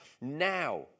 now